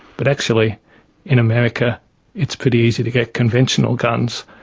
but actually in america it's pretty easy to get conventional guns,